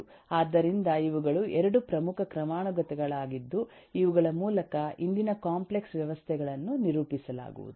ಆದ್ದರಿಂದ ಇವುಗಳು 2 ಪ್ರಮುಖ ಕ್ರಮಾನುಗತಗಳಾಗಿದ್ದು ಇವುಗಳ ಮೂಲಕ ಇಂದಿನ ಕಾಂಪ್ಲೆಕ್ಸ್ ವ್ಯವಸ್ಥೆಗಳನ್ನು ನಿರೂಪಿಸಲಾಗುವುದು